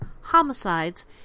homicides